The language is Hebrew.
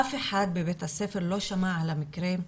אף אחד בבית הספר לא שמע על המקרה,